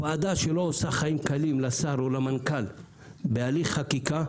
ועדה שלא עושה חיים קלים לשר או למנכ"ל בהליך חקיקה,